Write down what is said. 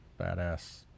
badass